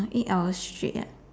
eight hours straight ah